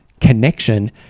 connection